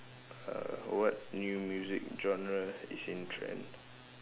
uh what new music genre is in trend